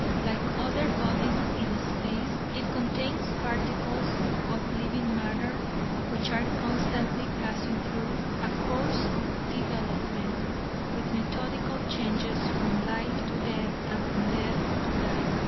like other bodies in space, it contains particles of living matter which are constantly passing through a course of development with methodical changes from life to death and from death to life.